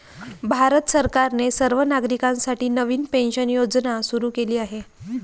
भारत सरकारने सर्व नागरिकांसाठी नवीन पेन्शन योजना सुरू केली आहे